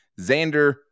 Xander